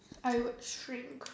I would shrink